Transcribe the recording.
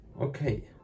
Okay